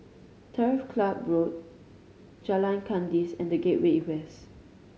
Turf Club Road Jalan Kandis and The Gateway West